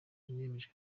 yanemejwe